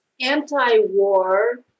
anti-war